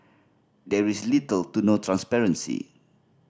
there is little to no transparency